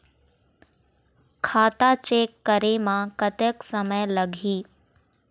खाता चेक करे म कतक समय लगही?